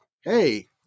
hey